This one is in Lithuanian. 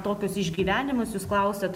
tokius išgyvenimus jūs klausiat